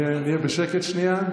נהיה בשקט שנייה.